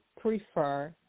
prefer